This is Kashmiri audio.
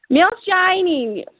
مےٚ اوس چاے نِنۍ